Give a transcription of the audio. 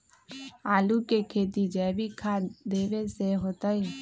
आलु के खेती जैविक खाध देवे से होतई?